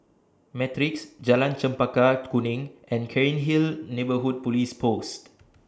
Matrix Jalan Chempaka Kuning and Cairnhill Neighbourhood Police Post